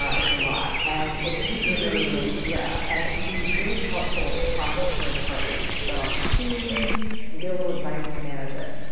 ah it's a lot. and it can be. it really is. yeah. and it can be really helpful to talk to a third party, let off some steam and get a little advice to manage it